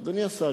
אדוני השר,